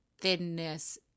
thinness